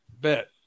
bet